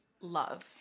Love